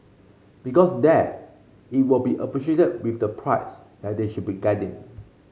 because there it will be appreciated with the price that they should be getting